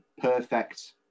perfect